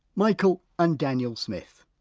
michael and daniel smith.